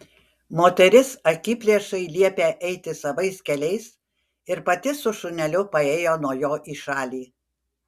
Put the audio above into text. moteris akiplėšai liepė eiti savais keliais ir pati su šuneliu paėjo nuo jo į šalį